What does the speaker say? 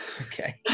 Okay